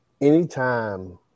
anytime